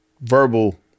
verbal